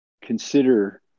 consider